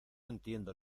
entiendo